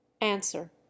Answer